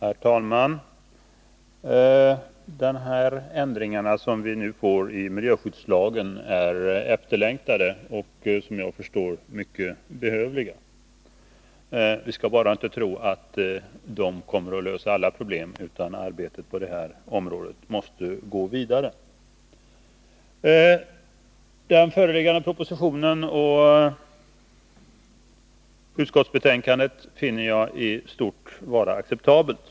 Herr talman! De ändringar i miljöskyddslagen som nu föreslås är efterlängtade och såvitt jag förstår mycket behövliga. Vi skall bara inte tro att de kommer att lösa alla problem; utan arbetet på detta område måste gå vidare. Den föreliggande propositionen och utskottsbetänkandet i ärendet finner jag vara i stort sett acceptabla.